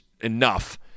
enough